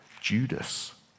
Judas